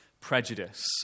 prejudice